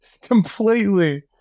Completely